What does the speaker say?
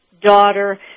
daughter